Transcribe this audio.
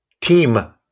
Team